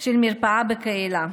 של מרפאה בקהילה,